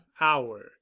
hour